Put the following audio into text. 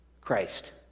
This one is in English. Christ